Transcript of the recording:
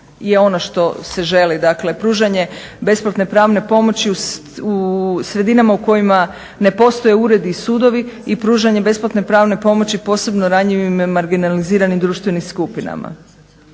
je ono što se želi, dakle pružanje besplatne pravne pomoći u sredinama u kojima ne postoje uredi i sudovi i pružanje besplatne pravne pomoći posebno ranjivim marginaliziranim društvenim skupinama.